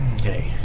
Okay